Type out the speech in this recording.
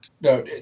no